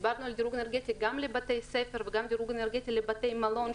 דיברנו על דירוג אנרגטי גם לבתי ספר וגם דירוג אנרגטי לבתי מלון,